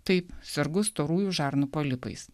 taip sergu storųjų žarnų polipais